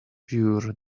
pure